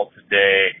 today